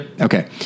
Okay